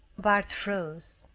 bart froze.